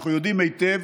אנחנו יודעים היטב